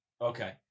Okay